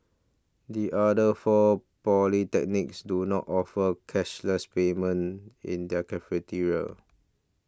the other four polytechnics do not offer cashless payment in their cafeterias